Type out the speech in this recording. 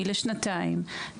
היא לשנתיים,